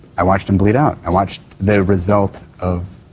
i watched him bleed out, i watched the result of,